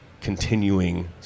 continuing